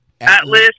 atlas